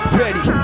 ready